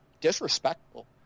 disrespectful